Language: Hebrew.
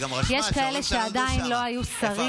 ואז היא גם רשמה שההורים שלה נולדו שם.